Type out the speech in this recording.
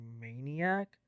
maniac